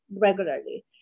regularly